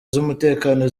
z’umutekano